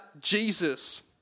Jesus